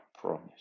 promise